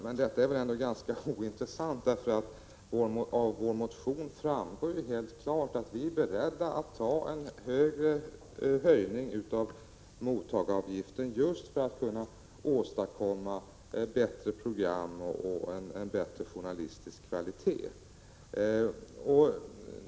Men detta är väl ändå ganska ointressant? Av vår motion framgår det helt klart att vi är beredda att acceptera en större höjning av mottagaravgiften just för att kunna åstadkomma bättre program och en bättre journalistisk kvalitet.